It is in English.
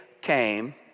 came